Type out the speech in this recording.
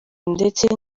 ndetse